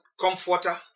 comforter